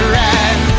right